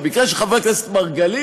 במקרה של חבר הכנסת מרגלית,